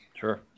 Sure